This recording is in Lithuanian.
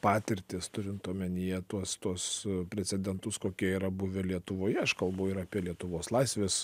patirtis turint omenyje tuos tuos precedentus kokie yra buvę lietuvoje aš kalbu ir apie lietuvos laisvės